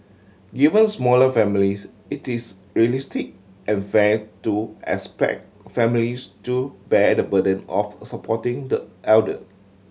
given smaller families it is realistic and fair to expect families to bear the burden of supporting the elder